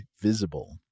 Visible